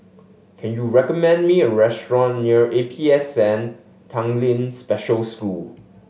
can you recommend me a restaurant near A P S N Tanglin Special School